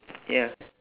ya